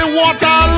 water